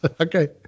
Okay